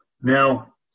Now